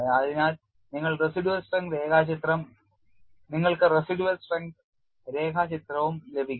അതിനാൽ നിങ്ങൾക്ക് residual strength രേഖാചിത്രം ലഭിക്കും